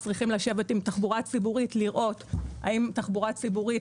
אנחנו צריכים לשבת עם התחבורה הציבורית לראות האם בתחבורה הציבורית,